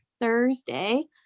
Thursday